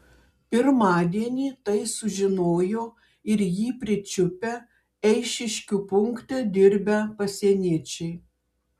pirmadienį tai sužinojo ir jį pričiupę eišiškių punkte dirbę pasieniečiai